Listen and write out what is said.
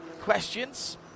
questions